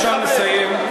אפשר לסיים.